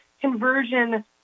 conversion